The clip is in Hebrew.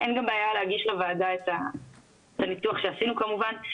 אין גם בעיה להגיש לוועדה את הניתוח שעשינו כמובן.